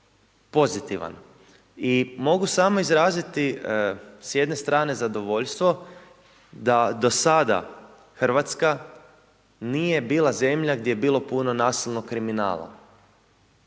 pozitivan. I mogu samo izraziti s jedne strane zadovoljstvo da do sada Hrvatska nije bila zemlja gdje je bilo puno nasilnog kriminala.